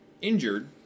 injured